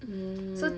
mm